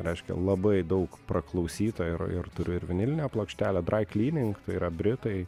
reiškia labai daug praklausyta ir ir turiu ir vinilinę plokštelę dry cleaning tai yra britai